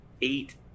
eight